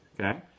Okay